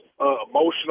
emotional